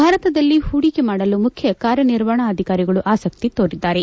ಭಾರತದಲ್ಲಿ ಹೂಡಿಕೆ ಮಾಡಲು ಮುಖ್ಯ ಕಾರ್ಯನಿರ್ವಹಣಾಧಿಕಾರಿಗಳು ಆಸಕ್ತಿ ತೋರಿದ್ದಾರೆ